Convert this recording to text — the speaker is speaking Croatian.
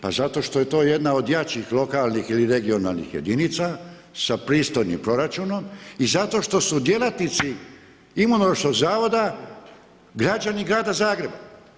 Pa zato što je to jedna od jačih lokalnih ili regionalnih jedinica sa pristojnim proračunom i zato što su djelatnici Imunološkog zavoda građani grada Zagreba.